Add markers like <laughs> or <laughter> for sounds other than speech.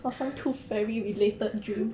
<laughs>